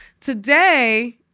today